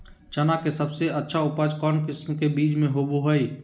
चना के सबसे अच्छा उपज कौन किस्म के बीच में होबो हय?